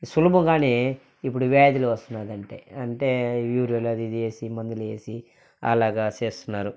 సులభంగానే ఇప్పుడు వ్యాధులు వస్తుందంటే అంటే యూరియాలు అదీ ఇది వేసి మందులు వేసి అలాగ చేస్తున్నారు